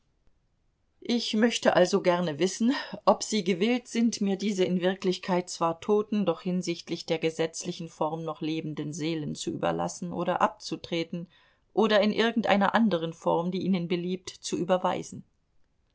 ich möchte also gerne wissen ob sie gewillt sind mir diese in wirklichkeit zwar toten doch hinsichtlich der gesetzlichen form noch lebenden seelen zu überlassen oder abzutreten oder in irgendeiner anderen form die ihnen beliebt zu überweisen